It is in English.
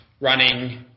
running